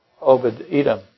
Obed-Edom